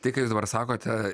tai ką jūs dabar sakote